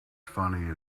funny